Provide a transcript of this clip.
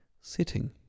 sitting